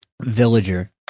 villager